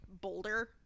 Boulder